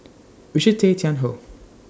Richard Tay Tian Hoe